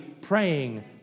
praying